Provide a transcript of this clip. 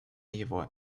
его